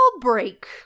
break